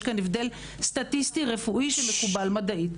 כאן הבדל סטטיסטי רפואי שמקובל מדעי,